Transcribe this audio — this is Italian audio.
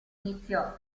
iniziò